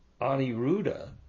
Aniruda